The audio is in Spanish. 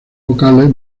vocales